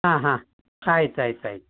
ಹಾಂ ಹಾಂ ಆಯ್ತು ಆಯ್ತು ಆಯ್ತು